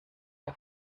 der